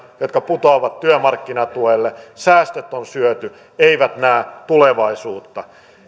jotka putoavat työmarkkinatuelle säästöt on syöty eivät näe tulevaisuutta